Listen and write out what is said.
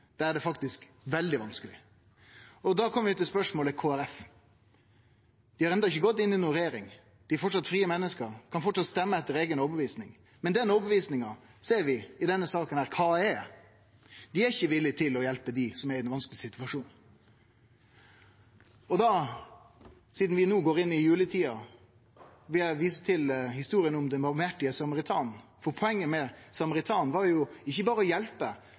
er det faktisk veldig vanskeleg. Da kjem vi til spørsmålet Kristeleg Folkeparti. Dei har enno ikkje gått inn i noka regjering. Dei er framleis frie menneske og kan stemme etter eiga overtyding. Men vi ser i denne saka kva overtydinga er. Dei er ikkje villige til å hjelpe dei som er i denne vanskelege situasjonen. Sidan vi no går inn i juletida, vil eg vise til historia om den miskunnsame samaritanen, for poenget med samaritanen var jo ikkje berre å hjelpe,